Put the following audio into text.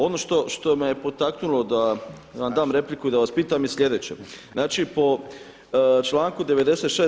Ono što me je potaknulo da vam dam repliku i da vas pitam je slijedeće, znači po članku 96.